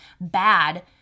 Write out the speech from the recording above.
bad